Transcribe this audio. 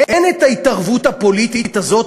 אין את ההתערבות הפוליטית הזאת,